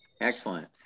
Excellent